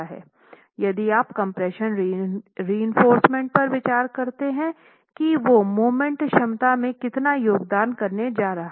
यदि आप compression reinforcement पर विचार करते हैं की वो मोमेंट क्षमता में कितना योगदान करने जा रहा है